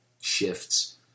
shifts